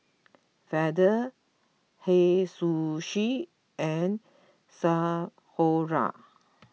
Feather Hei Sushi and Sephora